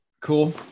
Cool